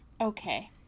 Okay